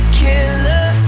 killer